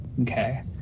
okay